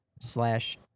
slash